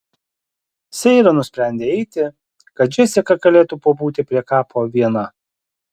seira nusprendė eiti kad džesika galėtų pabūti prie kapo viena